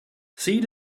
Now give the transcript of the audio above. seed